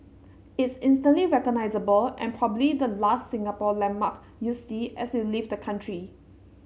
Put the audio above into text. it's instantly recognisable and probably the last Singapore landmark you see as you leave the country